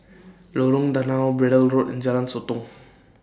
Lorong Danau Braddell Road and Jalan Sotong